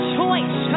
choice